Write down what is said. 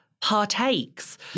partakes